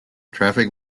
traffic